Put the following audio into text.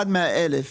עד 100,000 שקל,